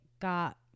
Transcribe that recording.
got